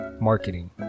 marketing